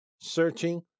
searching